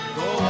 go